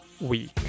week